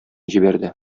җибәрде